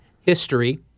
history